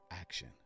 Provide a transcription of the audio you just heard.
action